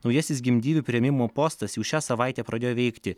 naujasis gimdyvių priėmimo postas jau šią savaitę pradėjo veikti